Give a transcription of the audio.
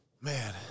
Man